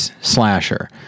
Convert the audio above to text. slasher